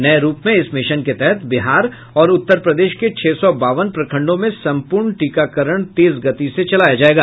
नये रूप में इस मिशन के तहत बिहार और उत्तर प्रदेश के छह सौ बावन प्रखंडों में संपूर्ण टीकाकरण तेज गति से चलाया जायेगा